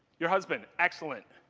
your husband, excellent.